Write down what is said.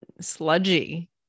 sludgy